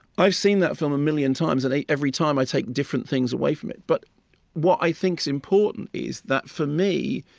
i've seen that film a million times, and every time, i take different things away from it. but what i think's important is that, for me,